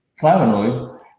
flavonoid